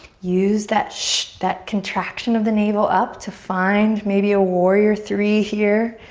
use that shh, that contraction of the navel up to find maybe a warrior three here.